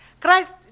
Christ